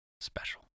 special